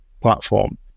platform